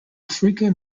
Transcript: frequent